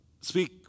speak